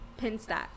Pinstack